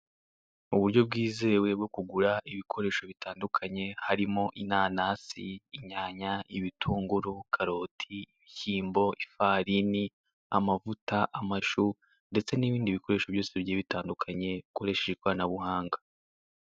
Uburyo bwizewe bwo kugura ibikoresho bitandukanye harimo inanasi, inyanya, ibitunguru, karoti, ibishyimbo, ifarini, amavuta, amashu ndetse n'ibindi bikoresho byose bigiye bitandukanye ukoresheje ikoranabuhanga.